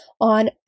on